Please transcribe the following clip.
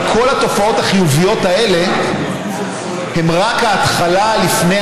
אבל כל התופעות החיוביות האלה הן רק ההתחלה לפני